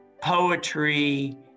poetry